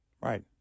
right